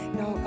no